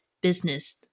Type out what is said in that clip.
business